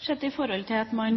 sett i forhold til en